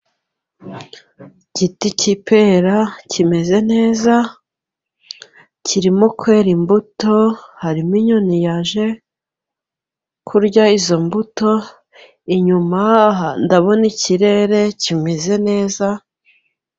Igiti cy'ipera kimeze neza, kirimo kwera imbuto, harimo inyoni yaje kurya izo mbuto, inyuma ndabona ikirere kimeze neza,..